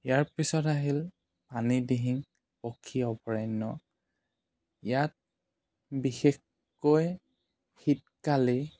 ইয়াৰ পিছত আহিল পানী দিহিং পক্ষী অভয়াৰণ্য ইয়াত বিশেষকৈ শীতকালি